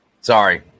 Sorry